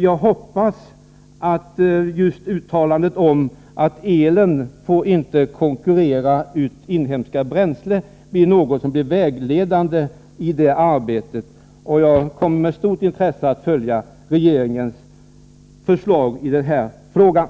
Jag hoppas att just uttalandet om att el inte får konkurrera ut inhemska bränslen blir vägledande för det arbetet. Jag kommer med stort intresse att ta del av regeringens förslag i den frågan.